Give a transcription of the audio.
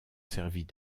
servis